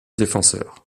défenseur